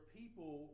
people